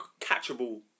catchable